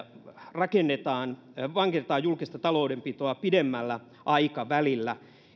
vankennetaan julkista taloudenpitoa pidemmällä aikavälillä